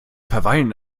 verweilen